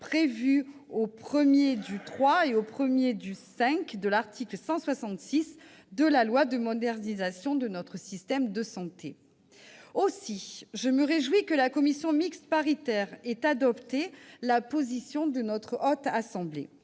prévues au 1° du III et au 1° du V de l'article 166 de la loi de modernisation de notre système de santé ». Je me réjouis donc que la commission mixte paritaire ait suivi la position de la Haute Assemblée.